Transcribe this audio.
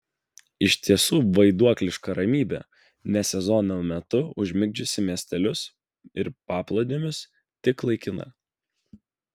iš tiesų vaiduokliška ramybė ne sezono metu užmigdžiusi miestelius ir paplūdimius tik laikina